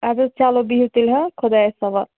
ادٕ حظ چلو بِہِو تیٚلہِ ہہ خۄدایَس حَوالہٕ